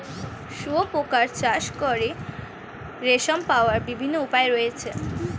শুঁয়োপোকা চাষ করে রেশম পাওয়ার বিভিন্ন উপায় রয়েছে